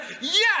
Yes